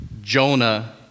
Jonah